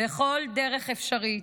בכל דרך אפשרית,